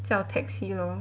叫 taxi lor